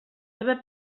seva